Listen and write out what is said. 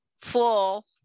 full